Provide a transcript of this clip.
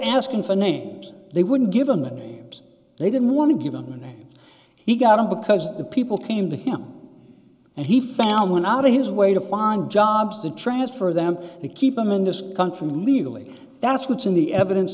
asking for names they wouldn't give him and they didn't want to give them a name he got in because the people came to him and he found one out of his way to find jobs to transfer them to keep him in this country legally that's what's in the evidence